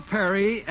Perry